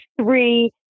three